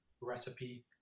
recipe